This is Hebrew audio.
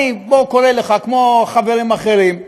אני קורא לך, כמו חברים אחרים,